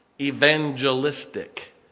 Evangelistic